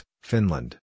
Finland